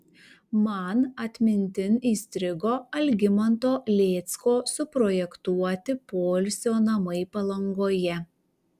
man atmintin įstrigo algimanto lėcko suprojektuoti poilsio namai palangoje